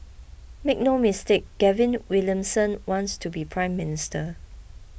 make no mistake Gavin Williamson wants to be Prime Minister